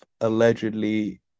allegedly